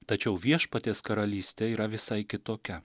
tačiau viešpaties karalystė yra visai kitokia